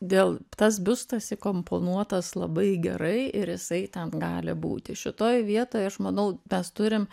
dėl tas biustas įkomponuotas labai gerai ir jisai ten gali būti šitoj vietoj aš manau mes turim